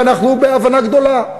ואנחנו בהבנה גדולה,